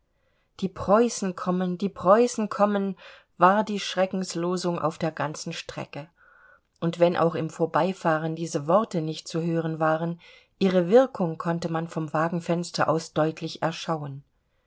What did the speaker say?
die preußen kommen die preußen kommen war die schreckenslosung auf der ganzen strecke und wenn auch im vorbeifahren diese worte nicht zu hören waren ihre wirkung konnte man vom wagenfenster aus deutlich erschauen